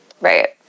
Right